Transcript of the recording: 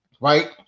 right